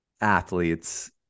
athletes